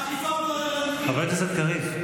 בחוק הגיוס, חבר הכנסת קריב.